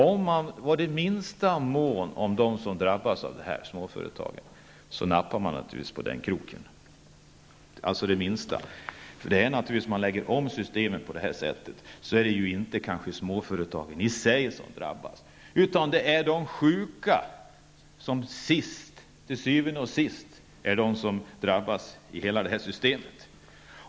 Om man vore det minsta mån om dem som drabbas av detta, småföretagen, skulle man naturligtvis nappa på denna krok. Om man lägger om systemet på detta sätt är det kanske inte småföretagen i sig som drabbas, utan det är de sjuka som till syvende och sist drabbas av systemet.